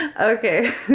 Okay